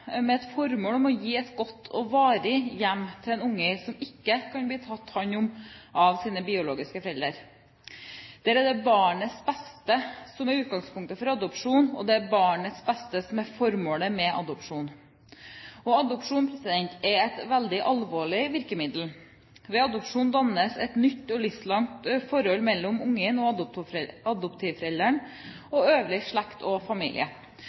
med formål om å gi et godt og varig hjem til et barn som ikke kan bli tatt hånd om av sine biologiske foreldre, der det er barnets beste som er utgangspunktet for adopsjonen, og barnets beste som er formålet med adopsjonen. Adopsjon er et veldig alvorlig virkemiddel. Ved adopsjon dannes et nytt og livslangt forhold mellom barnet og adoptivforeldrene og deres øvrige slekt og familie.